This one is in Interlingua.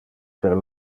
per